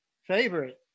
favorite